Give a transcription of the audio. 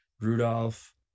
Rudolph